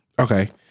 Okay